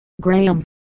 Graham